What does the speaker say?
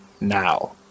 now